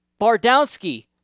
Bardowski